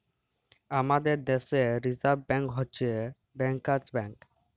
আমাদের দ্যাশে reserve bank হছে ব্যাংকার্স ব্যাংক